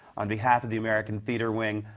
on behalf of the american theatre wing,